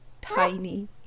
tiny